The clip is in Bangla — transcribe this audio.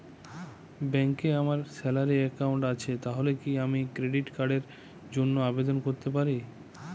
ব্যাংকে আমার স্যালারি অ্যাকাউন্ট আছে তাহলে কি আমি ক্রেডিট কার্ড র জন্য আবেদন করতে পারি?